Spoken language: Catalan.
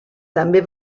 també